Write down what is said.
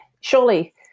surely